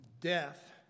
death